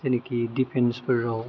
जेनाखि दिफेनसफोराव